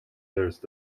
there’s